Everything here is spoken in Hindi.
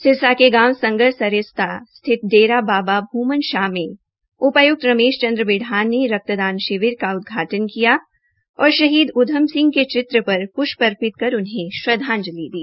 सिरसा के गांव संगर सरिस्ता स्थित डेरा बाबा भूमन शाह में उपायुक्त रमेश चन्द्र बिढ़ान ने रक्तदान शिविर का उदघाटन किया और शहीद उद्यम सिंह के चित्र पर पुष्य अर्पित कर उन्हें श्रद्धांजति दी